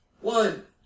One